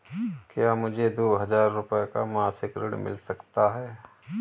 क्या मुझे दो हजार रूपए का मासिक ऋण मिल सकता है?